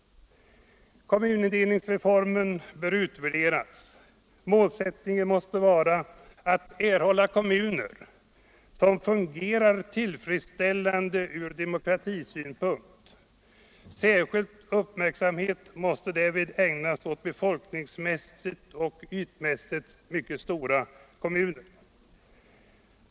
Kommunindelningsreformen bör utvärderas. Målsättningen måste vara att erhålla kommuner som fungerar tillfredsställande ur demokratisk synpunkt. Särskild uppmärksamhet måste därvid ägnas åt befolkningsmässigt och ytmässigt mycket stora kommuner.